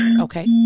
Okay